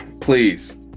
please